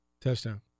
Touchdown